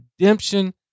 redemption